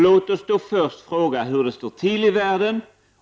Låt oss först fråga oss hur det egentligen står till i världen.